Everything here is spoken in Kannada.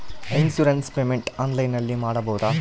ಇನ್ಸೂರೆನ್ಸ್ ಪೇಮೆಂಟ್ ಆನ್ಲೈನಿನಲ್ಲಿ ಮಾಡಬಹುದಾ?